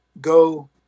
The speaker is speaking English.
go